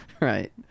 Right